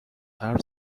حرف